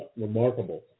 remarkable